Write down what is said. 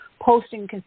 posting